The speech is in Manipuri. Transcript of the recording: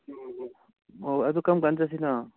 ꯑꯣ ꯑꯗꯨ ꯀꯔꯝ ꯀꯥꯟꯗ ꯆꯠꯁꯤꯅꯣ